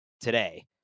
today